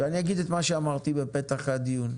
אני אגיד את מה שאמרתי בפתח הדיון,